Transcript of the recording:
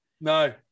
No